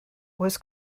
was